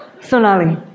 Sonali